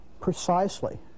precisely